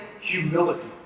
humility